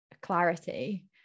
clarity